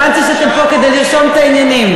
הבנתי שאתם פה כדי לרשום את העניינים.